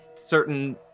Certain